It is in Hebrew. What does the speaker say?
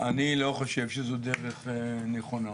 אני לא חושב שזאת דרך נכונה.